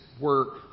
work